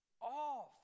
off